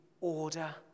order